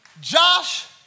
Josh